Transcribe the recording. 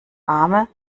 arme